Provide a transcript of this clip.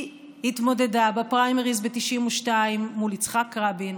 היא התמודדה בפריימריז ב-1992 מול יצחק רבין,